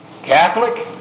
Catholic